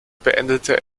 beendete